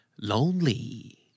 Lonely